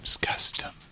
custom